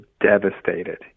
devastated